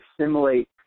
assimilate